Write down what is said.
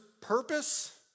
purpose